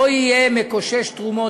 לא יהיה מקושש תרומות,